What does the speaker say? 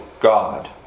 God